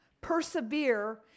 Persevere